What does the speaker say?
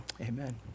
amen